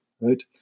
right